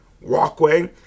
walkway